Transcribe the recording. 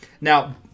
Now